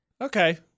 Okay